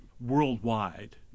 worldwide